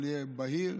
הכול יהיה בהיר,